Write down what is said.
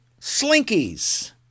slinkies